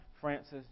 Francis